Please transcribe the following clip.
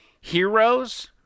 heroes